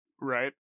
Right